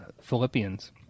Philippians